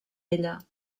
ella